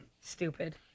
Stupid